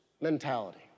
mentality